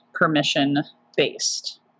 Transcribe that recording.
permission-based